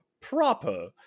proper